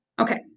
Okay